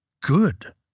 good